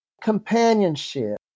companionship